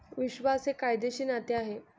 विश्वास हे कायदेशीर नाते आहे